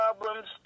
problems